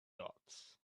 dots